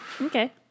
Okay